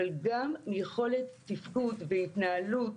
אבל גם מיכולת תפקוד והתנהלות,